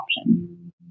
option